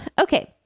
okay